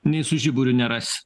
nei su žiburiu nerasi